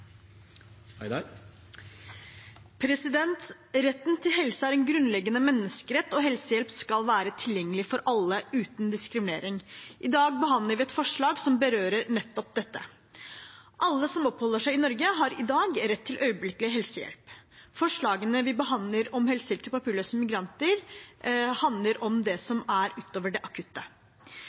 minutter. Retten til helse er en grunnleggende menneskerett, og helsehjelp skal være tilgjengelig for alle, uten diskriminering. I dag behandler vi et forslag som berører nettopp dette. Alle som oppholder seg i Norge, har i dag rett til øyeblikkelig helsehjelp. Forslagene vi behandler om helsehjelp til papirløse migranter, handler om det som er utover det akutte.